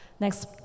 Next